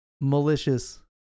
malicious